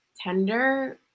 tender